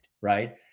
right